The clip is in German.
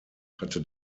hatte